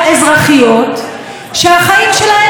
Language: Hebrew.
רק בשבוע האחרון נרצחו שתי נשים.